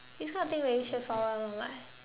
this kind of thing very straight forward [one] [what]